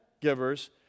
givers